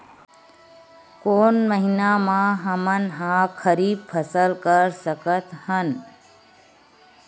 कोन महिना म हमन ह खरीफ फसल कर सकत हन?